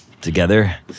Together